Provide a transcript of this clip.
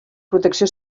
protecció